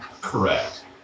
Correct